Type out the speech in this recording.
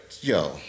Yo